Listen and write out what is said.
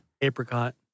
Apricot